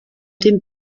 dem